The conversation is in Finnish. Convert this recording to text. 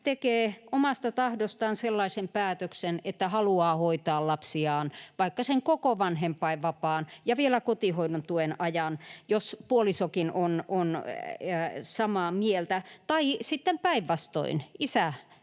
tekee omasta tahdostaan sellaisen päätöksen, että haluaa hoitaa lapsiaan vaikka sen koko vanhempainvapaan ja vielä kotihoidon tuen ajan, jos puolisokin on samaa mieltä, tai sitten päinvastoin,